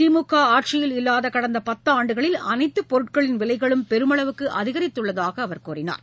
திமுக ஆட்சியில் இல்லாத கடந்த பத்தான்டுகளில் அனைத்து பொருட்களின் விலைகளும் பெருமளவுக்கு அதிகரித்துள்ளதாக அவர் கூறினார்